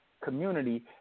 community